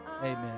Amen